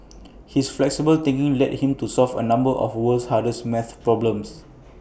his flexible thinking led him to solve A number of the world's hardest math problems